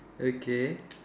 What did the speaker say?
okay